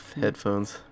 headphones